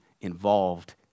involved